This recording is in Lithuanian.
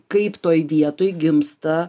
kaip toj vietoj gimsta